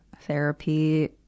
therapy